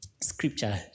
scripture